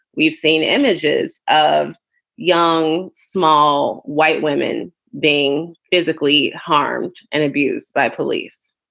we've seen images of young, small white women being physically harmed and abused by police.